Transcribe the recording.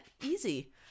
Easy